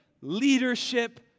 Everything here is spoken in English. leadership